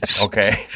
Okay